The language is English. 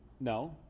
no